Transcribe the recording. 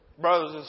brothers